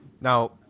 Now